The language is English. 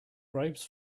bribes